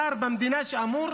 שר במדינה, שאמור